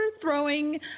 throwing